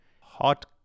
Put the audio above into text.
Hot